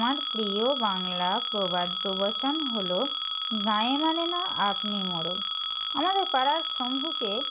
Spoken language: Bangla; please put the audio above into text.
আমার প্রিয় বাংলা প্রবাদ প্রবচন হলো গাঁয়ে মানে না আপনি মোড়ল আমাদের পাড়ার শম্ভুকে